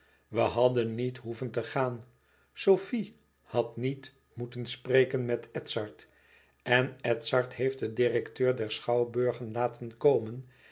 we hadden niet hoeven te gaan sofie had niet moeten spreken met edzard en edzard heeft den direkteur der schouwburgen laten komen